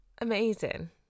amazing